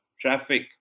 traffic